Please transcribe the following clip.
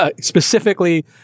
specifically